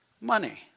money